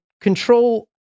control